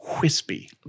wispy